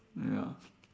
ya